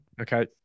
Okay